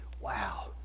Wow